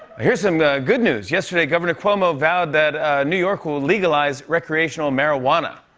here's some good news yesterday, governor cuomo vowed that new york will legalize recreational marijuana.